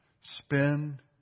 spend